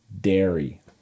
Dairy